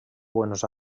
buenos